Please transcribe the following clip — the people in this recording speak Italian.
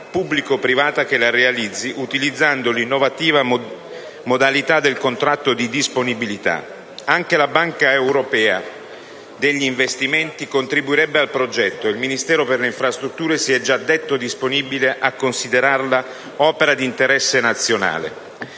pubblico-privata che la realizzi utilizzando l'innovativa modalità del contratto di disponibilità. Anche la Banca europea per gli investimenti contribuirebbe al progetto e il Ministero delle infrastrutture si è già detto disponibile a considerarla opera d'interesse nazionale.